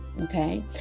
okay